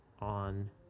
on